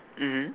mmhmm